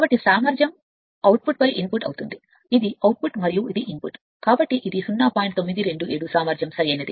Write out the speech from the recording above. కాబట్టి సామర్థ్యం output input అవుతుంది ఇది అవుట్పుట్ మరియు ఇది ఇన్పుట్ కాబట్టి ఇది S0927 సామర్థ్యం సరైనది